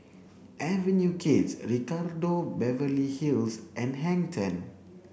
Avenue Kids Ricardo Beverly Hills and Hang Ten